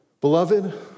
Beloved